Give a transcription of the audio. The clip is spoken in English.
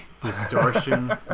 distortion